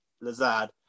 Lazard